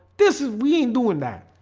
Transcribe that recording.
this is we doing that.